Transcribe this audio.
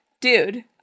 dude